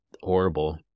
horrible